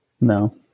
No